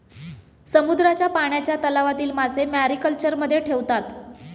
समुद्राच्या पाण्याच्या तलावातील मासे मॅरीकल्चरमध्ये ठेवतात